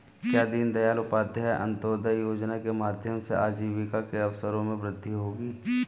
क्या दीन दयाल उपाध्याय अंत्योदय योजना के माध्यम से आजीविका के अवसरों में वृद्धि होगी?